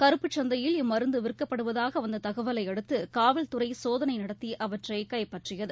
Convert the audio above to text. கறப்புச் சந்தையில் இம்மருந்துவிற்கப்படுவதாகவந்ததகவலைஅடுத்து காவல்துறைசோதனைநடத்திஅவற்றைகைப்பற்றியது